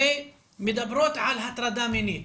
ומדברות על הטרדה מינית.